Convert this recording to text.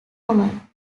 common